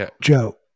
Joe